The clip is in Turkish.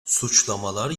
suçlamalar